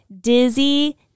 dizzy